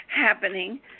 happening